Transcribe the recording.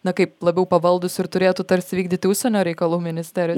na kaip labiau pavaldūs ir turėtų tarsi vykdyti užsienio reikalų ministerijos